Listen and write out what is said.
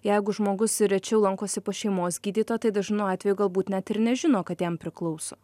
jeigu žmogus rečiau lankosi pas šeimos gydytoją tai dažnu atveju galbūt net ir nežino kad jam priklauso